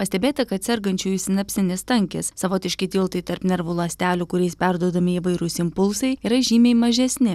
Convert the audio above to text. pastebėta kad sergančiųjų sinepsinis tankis savotiški tiltai tarp nervų ląstelių kuriais perduodami įvairūs impulsai yra žymiai mažesni